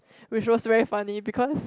which was very funny because